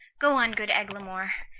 go on, good eglamour,